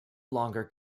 longer